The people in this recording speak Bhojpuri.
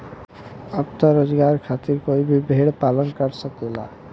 अब त रोजगार खातिर कोई भी भेड़ पालन कर लेवला